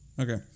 Okay